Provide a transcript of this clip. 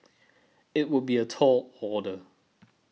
it would be a tall order